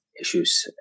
issues